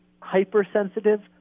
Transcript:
hypersensitive